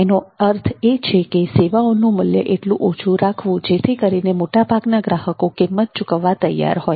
એનો અર્થ એ છે કે સેવાઓનું મૂલ્ય એટલું ઓછું રાખવું જેથી કરીને મોટા ભાગના ગ્રાહકો કિંમત ચૂકવવા તૈયાર હોય